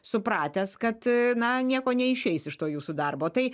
supratęs kad na nieko neišeis iš to jūsų darbo tai